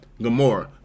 Gamora